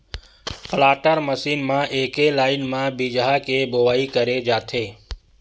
planter machine म एके line म बीजहा के बोवई करे जाथे